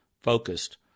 focused